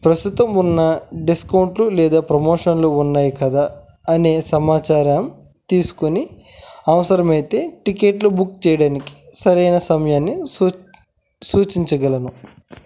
ప్రస్తుతం ఉన్న డిస్కౌంట్లు లేదా ప్రమోషన్లు ఉన్నాయి కదా అనే సమాచారం తీసుకుని అవసరమైతే టిక్కెట్లు బుక్ చేయడానికి సరైన సమయాన్ని సూచించగలను